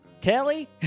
Telly